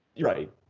Right